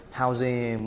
housing